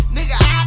Nigga